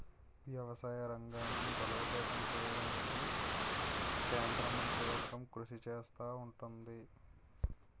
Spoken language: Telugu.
వ్యవసాయ రంగాన్ని బలోపేతం చేయడానికి కేంద్ర మంత్రివర్గం కృషి చేస్తా ఉంటది